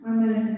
Amen